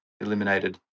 eliminated